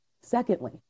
Secondly